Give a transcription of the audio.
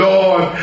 Lord